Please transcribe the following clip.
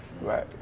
Right